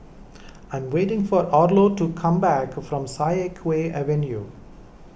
I am waiting for Arlo to come back from Siak Kew Avenue